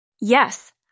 yes